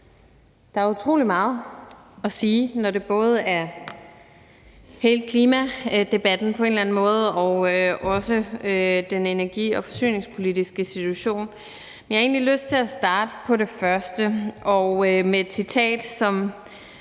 Der er utrolig meget at sige, når det både er hele klimadebatten på en eller anden måde og også den energi- og forsyningspolitiske situation. Men jeg har egentlig lyst til at starte med det første og med et citat, som